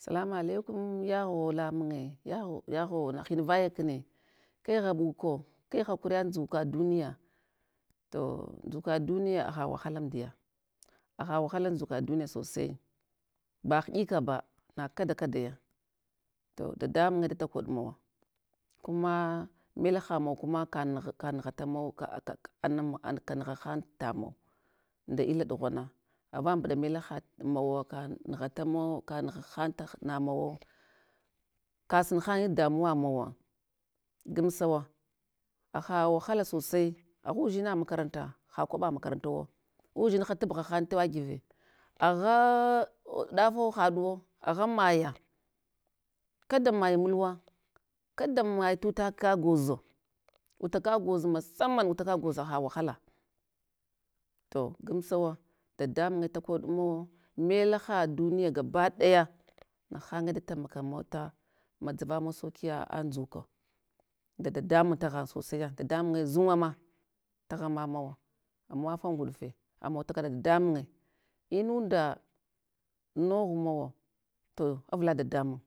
Sallamu alaikum, yaghawo lamunye yaghau yaghawa, hin vaya kne, kagh ghabuko, kegh hakuriya ndzuka duniya. To nduzuka duniya haha wahala amduja, haha wahalan ndzuka duniniya sosai ba hiɗika ba na kada kadaya, to dadamun ye da takoɗ mawa kuma melhamawa kuma kanugh kanughata maw kanugha han tamau nda illa ɗughana, ava mbuɗa meldiha mawa kan nughata mawo, kamu gha tah namawo kasun han damuwa mawa, gamsawa, haha wahala sosai agha udzina makaranta, ha kwaɓa makarantawo, uzdinha taɓgha han tewa give, agha ɗafo haɗuwo, agha maya kada maye mulwa, kada maye tataka gwoza, utaka gwoza masaman utaka gwoza haha wahala, to gamsawa dadamunye takoɗ mawa, melaha duniya gabaɗaya nahanye da taimaka mata madzavamun saukiya ndzuka, ndada damun taghan sosaiya dadamunye zun'nga ma taghan mamawa amawafa nguɗfe, amawa takaɗat dadamunye inunda nogh mawa to avla dadamun.